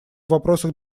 вопросах